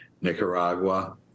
Nicaragua